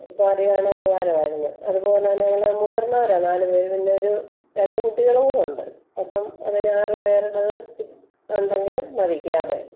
ഇപ്പം അറിയുവാണെണെങ്കിൽ ഉപകാരമായിരുന്നു അതുപോലെ തന്നെ ഞങ്ങൾ മുതിർന്നവരാണ് നാല് പേർ പിന്നെ ഒരു രണ്ട് കുട്ടികളും കൂടെ ഉണ്ട് അപ്പം അങ്ങനെ ആറ് പേരുടേത് ഉണ്ടെങ്കിൽ മതി ക്യാബേ